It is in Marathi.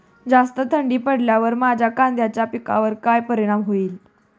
जास्त थंडी पडल्यास माझ्या कांद्याच्या पिकावर काय परिणाम होईल?